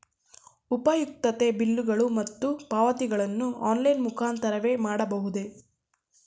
ಉಪಯುಕ್ತತೆ ಬಿಲ್ಲುಗಳು ಮತ್ತು ಪಾವತಿಗಳನ್ನು ಆನ್ಲೈನ್ ಮುಖಾಂತರವೇ ಮಾಡಬಹುದೇ?